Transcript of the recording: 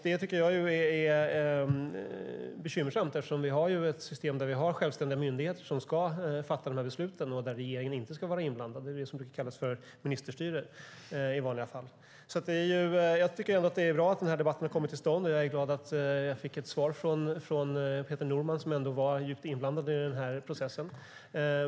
Det tycker jag är bekymmersamt eftersom vi har ett system där vi har självständiga myndigheter som ska fatta dessa beslut och där regeringen inte ska vara inblandad. Det är det som brukar kallas för ministerstyre i vanliga fall. Jag tycker ändå att det är bra att denna debatt har kommit till stånd, och jag är glad att jag fick ett svar från Peter Norman som ändå var djupt inblandad i denna process.